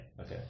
Okay